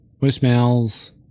Voicemails